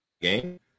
game